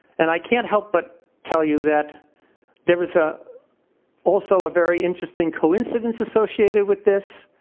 and i can't help but tell you that there was ah also a very interesting coincidence associated with this.